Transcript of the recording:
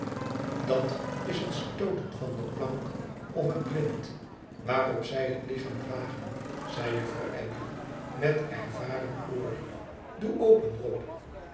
dat is het stooten van de plank of het blind waarop zij het lichaam dragen zei juffrouw abbey met ervaren oor doe open rob